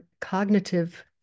cognitive